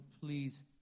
please